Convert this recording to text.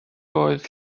oedd